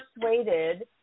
persuaded